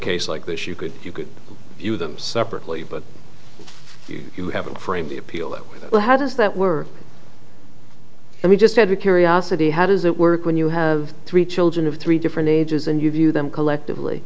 case like this you could you could view them separately but you haven't framed the appeal that well how does that work and we just have a curiosity how does it work when you have three children of three different ages and you view them collectively